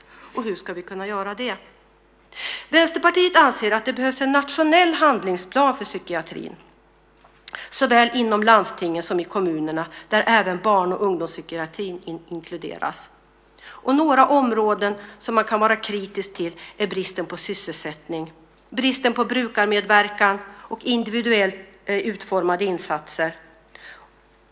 Hur ska vi kunna göra det? Vänsterpartiet anser att det behövs en nationell handlingsplan för psykiatrin, såväl inom landstingen som i kommunerna, där även barn och ungdomspsykiatrin inkluderas. Några områden som man kan vara kritisk till är bristen på sysselsättning och bristen på brukarmedverkan och individuellt utformade insatser.